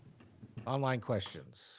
online questions.